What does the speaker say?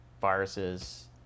viruses